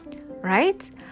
Right